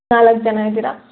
ನಾಲ್ಕು ಜನ ಇದ್ದೀರ